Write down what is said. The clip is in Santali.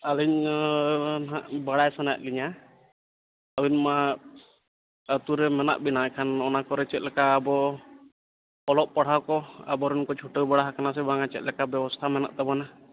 ᱟᱹᱞᱤᱧ ᱱᱟᱦᱟᱜ ᱵᱟᱲᱟᱭ ᱥᱟᱱᱟᱭᱮᱫᱞᱤᱧᱟ ᱟᱹᱵᱤᱱ ᱢᱟ ᱟᱛᱳᱨᱮ ᱢᱮᱱᱟᱜᱵᱮᱱᱟ ᱮᱱᱠᱷᱟᱱ ᱚᱱᱟᱠᱚᱨᱮ ᱪᱮᱫᱞᱮᱠᱟ ᱟᱵᱚ ᱚᱞᱚᱜ ᱯᱟᱲᱦᱟᱣᱠᱚ ᱟᱵᱚᱨᱮᱱᱠᱚ ᱪᱷᱩᱴᱟᱹᱣ ᱵᱟᱲᱟᱣ ᱟᱠᱟᱱᱟ ᱥᱮ ᱵᱟᱝᱟ ᱪᱮᱫᱞᱮᱠᱟ ᱵᱮᱵᱚᱥᱛᱷᱟ ᱢᱮᱱᱟᱜ ᱛᱟᱵᱚᱱᱟ